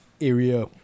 area